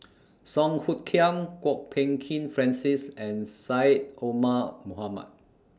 Song Hoot Kiam Kwok Peng Kin Francis and Syed Omar Mohamed